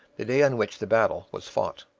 the day on which the battle was fought.